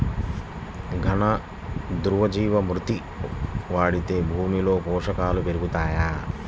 ఘన, ద్రవ జీవా మృతి వాడితే భూమిలో పోషకాలు పెరుగుతాయా?